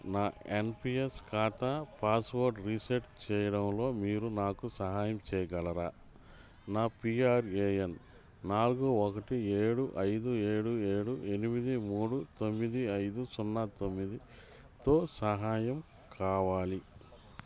నా ఎన్పిఎస్ ఖాతా password reset చేయడంలో మీరు నాకు సహాయం చేయగలరా నా పిఆర్ఏఎన్ నాలుగు ఒకటి ఏడు ఐదు ఏడు ఏడు ఎనిమిది మూడు తొమ్మిది ఐదు సున్నా తొమ్మిది త సహాయం కావాలి